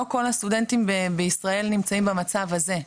לא כל הסטודנטים בישראל נמצאים במצב הזה.